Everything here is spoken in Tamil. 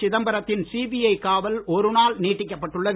சிதம்பரத்தின் சிபிஐ காவல் ஒரு நாள் நீட்டிக்கப்பட்டுள்ளது